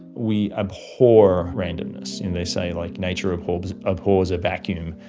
we abhor randomness. and they say, like, nature abhors abhors a vacuum.